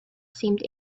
seemed